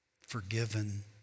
forgiven